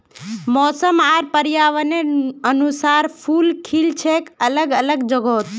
मौसम र पर्यावरनेर अनुसार फूल खिल छेक अलग अलग जगहत